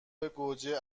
گوجه